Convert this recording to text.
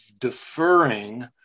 deferring